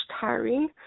tiring